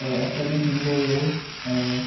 असरु बि थींदो हुओ ऐं